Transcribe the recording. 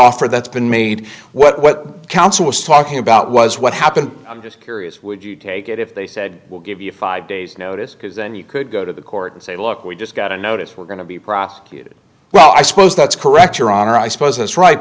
offer that's been made what the council was talking about was what happened i'm just curious would you take it if they said we'll give you five days notice because then you could go to the court and say look we just got a notice we're going to be prosecuted well i suppose that's correct your honor i suppose that's right